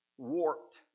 warped